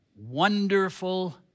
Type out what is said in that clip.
Wonderful